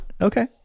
Okay